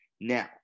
Now